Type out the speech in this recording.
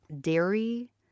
Dairy